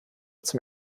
zum